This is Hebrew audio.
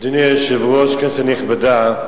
אדוני היושב-ראש, כנסת נכבדה,